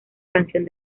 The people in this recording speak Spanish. canción